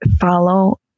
follow